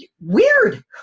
Weird